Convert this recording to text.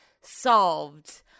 solved